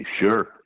sure